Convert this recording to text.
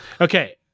okay